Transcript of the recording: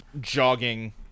jogging